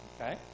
Okay